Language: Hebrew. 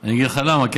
אני אגיד לך למה.